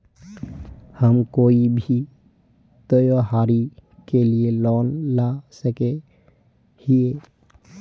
हम कोई भी त्योहारी के लिए लोन ला सके हिये?